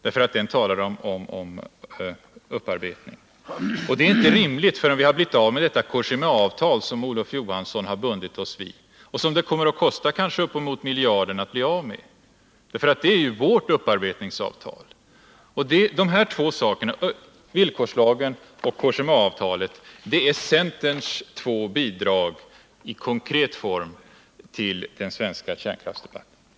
Den talar om upparbetning. Det är inte heller rimligt förrän vi blivit av med det Cogémaavtal som Olof Johansson bundit oss vid, och som det kanske kommer att kosta en miljard att bli av med. Det är vårt upparbetningsavtal. Villkorslagen och Cogémaavtalet är centerns två bidrag, i konkret form, till den svenska kärnkraftsdebatten.